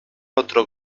otro